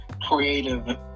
creative